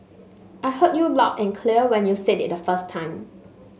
I heard you loud and clear when you said it the first time